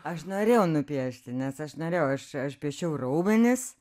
aš norėjau nupiešti nes aš norėjau aš aš piešiau raumenis